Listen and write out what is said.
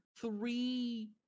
three